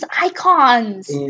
icons